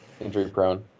Injury-prone